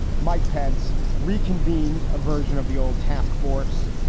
mike pence reconvened a version of the old task force.